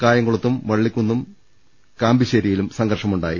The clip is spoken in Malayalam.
കായംകു ളത്തും വള്ളിക്കുന്നും കാമ്പിശ്ശേരിയിലും സംഘർഷമുണ്ടായി